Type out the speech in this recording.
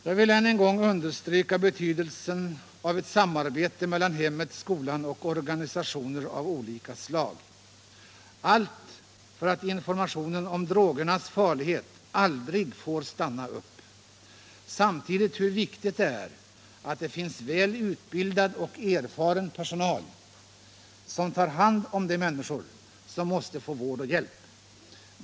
Jag vill än en gång understryka betydelsen av ett samarbete mellan hemmet, skolan och organisationer av olika slag — allt för att informationen om drogernas farlighet aldrig skall stanna upp. Samtidigt vill jag betona hur viktigt det är att det finns väl utbildad och erfaren personal inom socialvården som tar hand om de människor som måste få vård och hjälp.